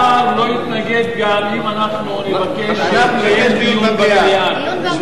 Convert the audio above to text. השר לא יתנגד אם אנחנו נבקש דיון במליאה.